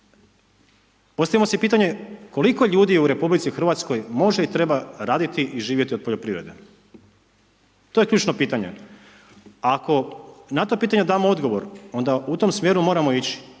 Postavimo si pitanje koliko ljudi u RH, može i treba raditi i živjeti od poljoprivrede, to je ključno pitanje. Ako na to pitanje damo odgovor, onda u tome smjeru moramo ići,